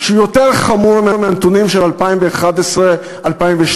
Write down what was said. יותר חמור מהנתונים של 2011 2012,